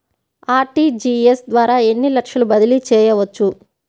RTGS ద్వారా ఎన్ని లక్షలు బదిలీ చేయవచ్చు?